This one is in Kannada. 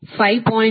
ಆದ್ದರಿಂದ ಈ 129